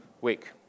week